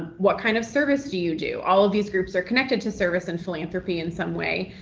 what kind of service do you do? all of these groups are connected to service and philanthropy in some way.